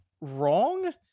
wrong